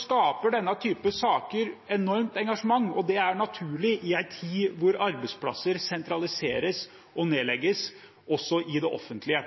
skaper denne typen saker enormt engasjement, og det er naturlig i en tid hvor arbeidsplasser sentraliseres og nedlegges, også i det offentlige.